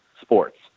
sports